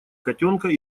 котенка